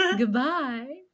Goodbye